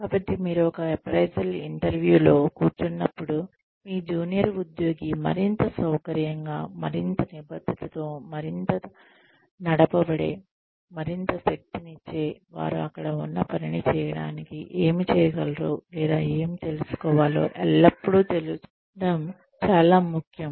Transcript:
కాబట్టి మీరు ఒక అప్రైసల్ ఇంటర్వ్యూలో కూర్చున్నప్పుడు మీ జూనియర్ ఉద్యోగి మరింత సౌకర్యంగా మరింత నిబద్ధతతో మరింత నడపబడే మరింత శక్తినిచ్చే వారు అక్కడ ఉన్న పనిని చేయడానికి ఏమి చేయగలరు లేదా ఎలా తెలుసుకోవాలో ఎల్లప్పుడూ తెలుసుకోవడం చాలా ముఖ్యం